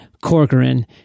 Corcoran